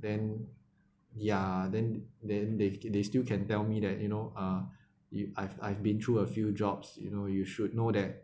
then ya then then they they still can tell me that you know uh you I've I've been through a few jobs you know you should know that